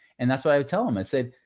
and that's what i would tell them. i said,